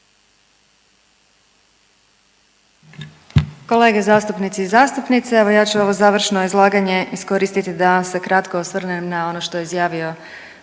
Kolege zastupnici i zastupnice evo ja ću ovo završno izlaganje iskoristiti da se kratko osvrnem na ono što je izjavio